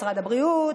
משרד הבריאות,